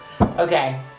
Okay